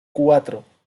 cuatro